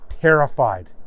terrified